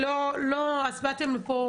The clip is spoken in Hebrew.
אז באתם לפה,